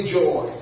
joy